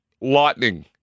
Lightning